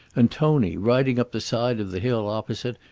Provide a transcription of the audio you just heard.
and tony, riding up the side of the hill opposite,